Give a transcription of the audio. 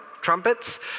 trumpets